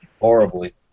Horribly